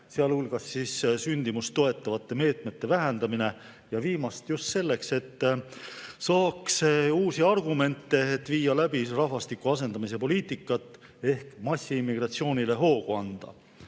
sealhulgas sündimust toetavate meetmete vähendamine, viimast just selleks, et saaks uusi argumente, et viia läbi rahvastiku asendamise poliitikat ehk massiimmigratsioonile hoogu anda;